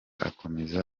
akomeza